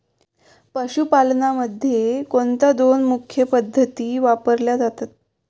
पशुपालनामध्ये कोणत्या दोन मुख्य पद्धती वापरल्या जातात?